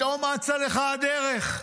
פתאום אצה לך הדרך.